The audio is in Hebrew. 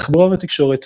תחבורה ותקשורת